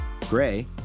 Gray